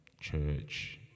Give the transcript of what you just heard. church